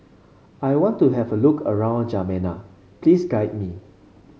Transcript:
I want to have a look around Djamena please guide me